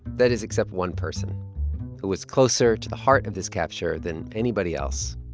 that is, except one person who was closer to the heart of this capture than anybody else.